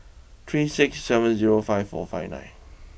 three six seven zero five four five nine